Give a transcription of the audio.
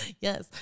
yes